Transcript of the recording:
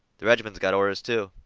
the regiment's got orders, too.